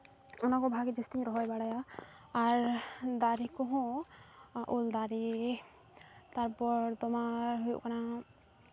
ᱚᱱᱟ ᱠᱚ ᱵᱟᱹᱜᱤ ᱡᱟᱹᱥᱛᱤᱧ ᱨᱚᱦᱚᱭ ᱵᱟᱲᱟᱭᱟ ᱟᱨ ᱫᱟᱨᱮ ᱠᱚᱦᱚᱸ ᱩᱞ ᱫᱟᱨᱮ ᱛᱟᱨᱯᱚᱨ ᱛᱳᱢᱟᱨ ᱦᱩᱭᱩᱜ ᱠᱟᱱᱟ